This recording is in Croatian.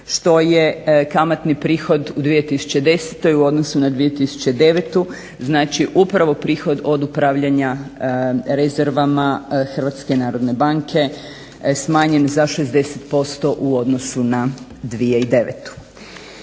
što je kamatni prihod u 2010. u odnosu na 2009. znači upravo prihod od upravljanja rezervama HNB-a smanjen za 60% u odnosu na 2009.